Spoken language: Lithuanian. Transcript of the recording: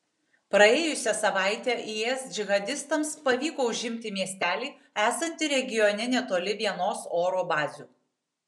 praėjusią savaitę is džihadistams pavyko užimti miestelį esantį regione netoli vienos oro bazių